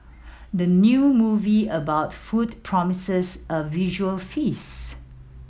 the new movie about food promises a visual feasts